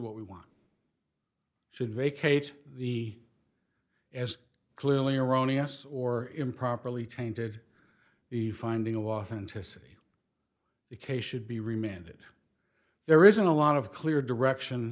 what we want should vacate the as clearly erroneous or improperly tainted a finding authenticity the case should be remanded there isn't a lot of clear direction